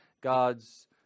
God's